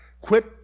Quit